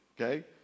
okay